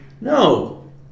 No